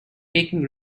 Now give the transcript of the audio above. making